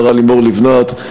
השרה לימור לבנת,